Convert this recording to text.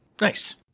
Nice